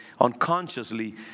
unconsciously